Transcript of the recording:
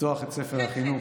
לפתוח את "ספר החינוך".